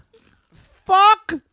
Fuck